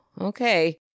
okay